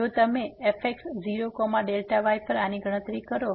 તેથી જો તમે fx0y પર આની ગણતરી કરો